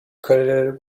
credited